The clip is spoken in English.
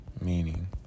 meaning